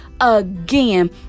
again